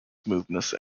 smoothness